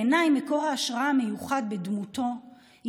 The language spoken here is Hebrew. בעיניי מקור ההשראה המיוחד בדמותו הוא